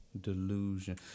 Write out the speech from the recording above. delusion